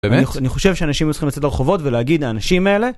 באמת? אני חושב שאנשים צריכים לצאת לרחובות ולהגיד, האנשים האלה...